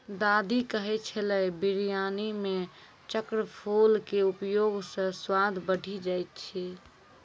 दादी कहै छेलै बिरयानी मॅ चक्रफूल के उपयोग स स्वाद बढ़ी जाय छै